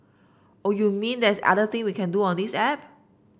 oh you mean there's other thing we can do on this app